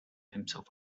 himself